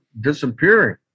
disappearing